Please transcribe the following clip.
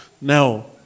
Now